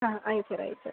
ആ അയച്ച് തരാം അയച്ച് തരാം